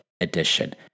Edition